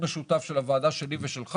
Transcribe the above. משותף של הוועדה הזאת ושל הוועדה שלי,